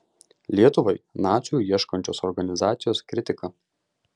lietuvai nacių ieškančios organizacijos kritika